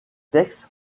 textes